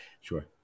Sure